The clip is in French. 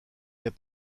est